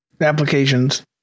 Applications